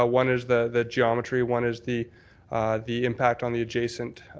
ah one is the the geometry, one is the the impact on the adjacent